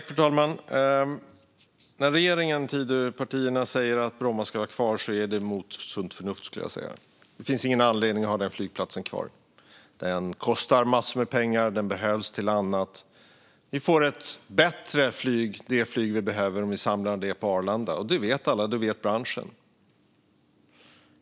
Fru talman! När regeringen och Tidöpartierna säger att Bromma ska vara kvar är det mot sunt förnuft, skulle jag säga. Det finns ingen anledning att ha den flygplatsen kvar. Den kostar massor med pengar, och marken behövs till annat. Vi får ett bättre flyg - det flyg vi behöver - om vi samlar det på Arlanda. Det vet alla; det vet branschen.